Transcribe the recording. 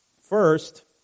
First